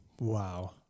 Wow